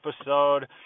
episode